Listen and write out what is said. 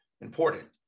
Important